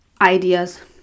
ideas